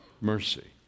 mercy